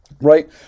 right